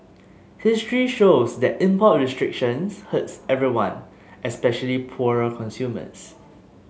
history shows that import restrictions hurts everyone especially poorer consumers